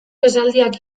esaldiak